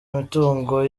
imitungo